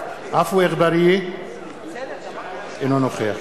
עפו אגבאריה, אינו נוכח